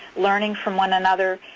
learning from one another.